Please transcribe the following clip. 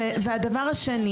ודבר שני